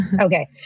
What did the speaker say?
Okay